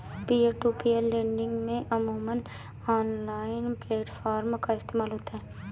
peer to peer lending में अमूमन online platform का इस्तेमाल होता है